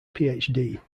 phd